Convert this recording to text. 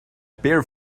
bare